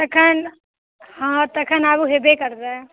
तखन हँ तखन आब होयबे करतै